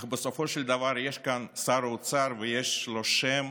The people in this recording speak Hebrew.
אך בסופו של דבר יש כאן שר אוצר, ויש לו שם,